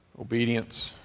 Obedience